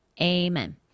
Amen